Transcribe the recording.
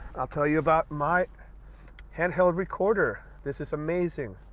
i'll tell you about my handheld recorder. this is amazing.